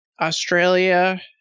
Australia